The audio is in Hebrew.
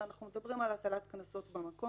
אלא אנחנו מדברים על הטלת קנסות במקום.